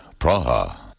Praha